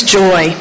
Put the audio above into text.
joy